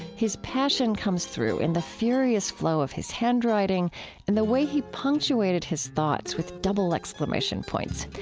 his passion comes through in the furious flow of his handwriting and the way he punctuated his thoughts with double exclamation points.